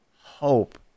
hope